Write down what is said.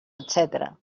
etcètera